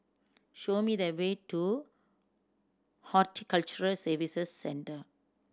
show me the way to Horticulture Services Centre